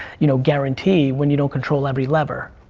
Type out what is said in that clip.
you know, guarantee when you don't control every lever.